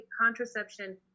contraception